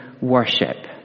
worship